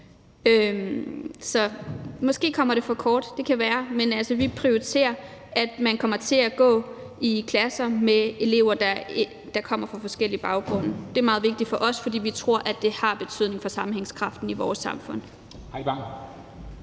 for kort – det kan være – men vi prioriterer, at man kommer til at gå i klasse med elever, der kommer fra forskellige baggrunde. Det er meget vigtigt for os, fordi vi tror, at det har en betydning for sammenhængskraften i vores samfund.